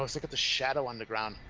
cross like the shadow on the ground,